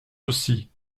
aussi